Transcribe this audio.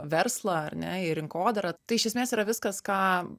verslą ar ne ir rinkodarą tai iš esmės yra viskas ką